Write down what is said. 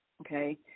okay